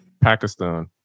Pakistan